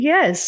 Yes